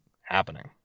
happening